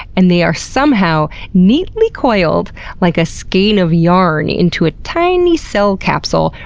and they are somehow neatly coiled like a skein of yarn into a tiny cell capsule,